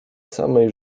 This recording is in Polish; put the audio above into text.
samej